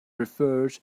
referred